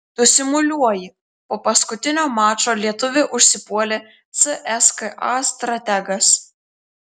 tu simuliuoji po paskutinio mačo lietuvį užsipuolė cska strategas